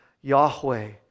Yahweh